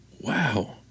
Wow